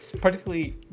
particularly